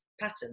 pattern